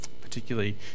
Particularly